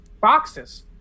boxes